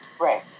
Right